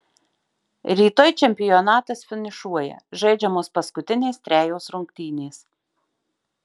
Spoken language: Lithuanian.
rytoj čempionatas finišuoja žaidžiamos paskutinės trejos rungtynės